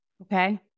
Okay